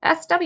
SW